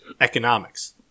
economics